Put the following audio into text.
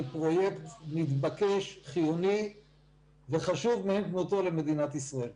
פרויקט מתבקש חיוני וחשוב מאין כמותו למדינת ישראל.